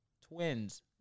twins